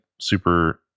super